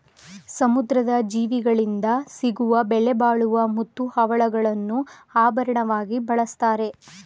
ಸಮುದ್ರದ ಜೀವಿಗಳಿಂದ ಸಿಗುವ ಬೆಲೆಬಾಳುವ ಮುತ್ತು, ಹವಳಗಳನ್ನು ಆಭರಣವಾಗಿ ಬಳ್ಸತ್ತರೆ